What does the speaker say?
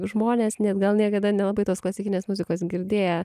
žmonės net gal niekada nelabai tos klasikinės muzikos girdėję